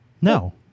No